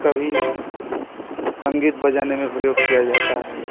कभी संगीत बजाने में प्रयोग किया जाता है